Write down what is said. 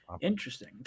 Interesting